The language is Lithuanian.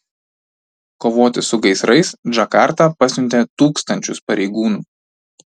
kovoti su gaisrais džakarta pasiuntė tūkstančius pareigūnų